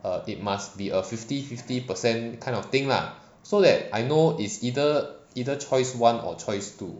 err it must be a fifty fifty percent kind of thing lah so that I know is either either choice one or choice two